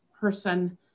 person